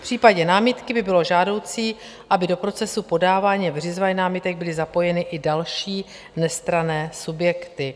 V případě námitky by bylo žádoucí, aby do procesu podávání a vyřizování námitek byly zapojeny i další, nestranné subjekty.